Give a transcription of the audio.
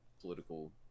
political